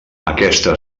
aquesta